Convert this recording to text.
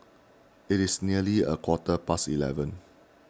it is nearly a quarter past eleven